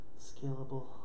scalable